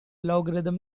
logarithm